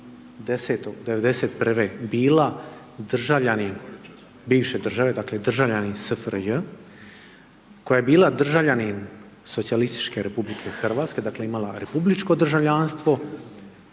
08.10.1991. bila državljanin bivše države, dakle državljanin SFRJ koje je bila državljanin Socijalističke republike Hrvatske dakle imala republičko državljanstvo,